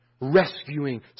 rescuing